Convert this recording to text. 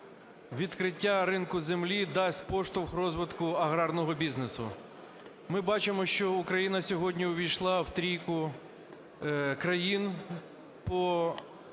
відкриття ринку землі дасть поштовх розвитку аграрного бізнесу. Ми бачимо, що Україна сьогодні увійшла в трійку країн по